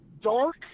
dark